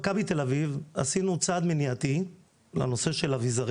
עשינו צעד מניעתי לנושא של אביזרי